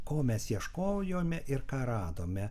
ko mes ieškojome ir ką radome